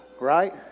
right